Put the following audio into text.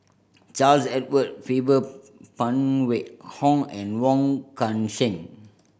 Charles Edward Faber Phan Wait Hong and Wong Kan Seng